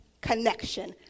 connection